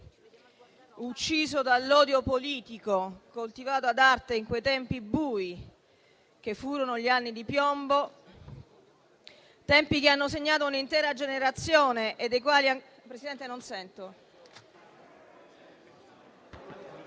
ucciso dall'odio politico coltivato ad arte in quei tempi bui che furono gli anni di piombo, tempi che hanno segnato un'intera generazione e dei quali... *(Brusio.